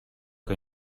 que